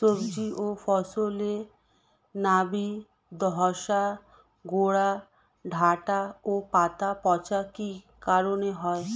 সবজি ও ফসলে নাবি ধসা গোরা ডাঁটা ও পাতা পচা কি কারণে হয়?